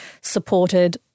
supported